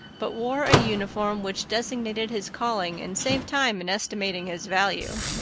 but wore a uniform which designated his calling and saved time in estimating his value.